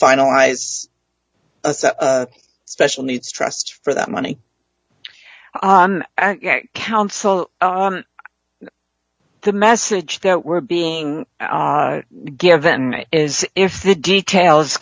finalize a special needs trust for that money counsel the message that we're being given is if the details